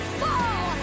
fall